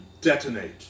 detonate